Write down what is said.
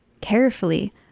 carefully